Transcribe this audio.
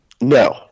No